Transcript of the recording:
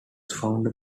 founder